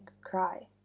cry